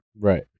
Right